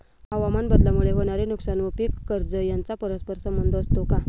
हवामानबदलामुळे होणारे नुकसान व पीक कर्ज यांचा परस्पर संबंध असतो का?